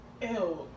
Ew